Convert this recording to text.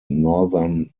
northern